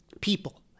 people